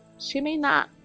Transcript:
she may not